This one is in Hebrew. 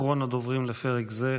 אחרון הדוברים לפרק זה,